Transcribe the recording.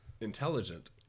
Intelligent